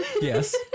Yes